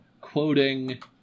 quoting